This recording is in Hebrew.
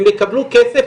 הם יקבלו כסף,